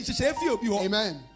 Amen